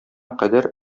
кадәр